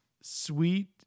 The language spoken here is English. sweet